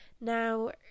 now